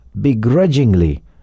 begrudgingly